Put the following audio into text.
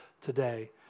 today